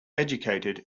educated